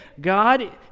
God